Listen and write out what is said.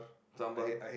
sambal